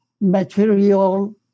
material